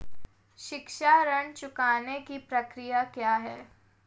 शिक्षा ऋण चुकाने की प्रक्रिया क्या है?